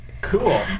cool